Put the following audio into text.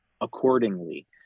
accordingly